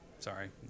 Sorry